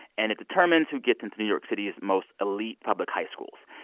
and it determines who gets into new york city's most elite public high schools.